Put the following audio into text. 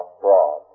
fraud